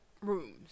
rooms